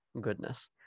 goodness